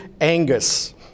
Angus